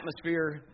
atmosphere